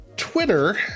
Twitter